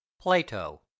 Plato